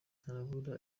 harabura